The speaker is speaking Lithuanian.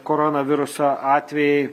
koronaviruso atvejai